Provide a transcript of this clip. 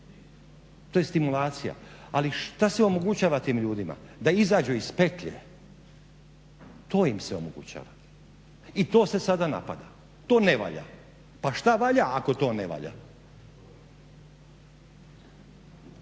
to je stimulacija. Ali šta se omogućava tim ljudima? Da izađu iz petlje, to im se omogućava i to se sada napada. To ne valja. Pa šta valja ako to ne valja?